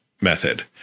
method